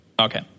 Okay